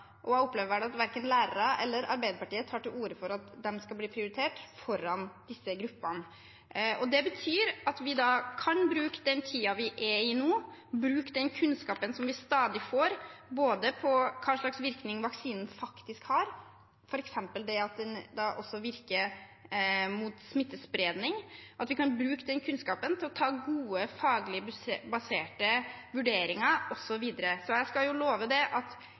Jeg opplever vel at verken lærere eller Arbeiderpartiet tar til orde for at de skal bli prioritert foran disse gruppene. Det betyr at vi kan bruke den tiden vi er i nå, og bruke den kunnskapen vi stadig får – om hva slags virkning vaksinen faktisk har, f.eks. om den virker mot smittespredning – til å ta gode faglig baserte vurderinger, osv. Jeg skal love at innen det